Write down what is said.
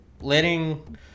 letting